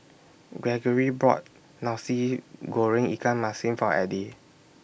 Greggory bought Nasi Goreng Ikan Masin For Eddie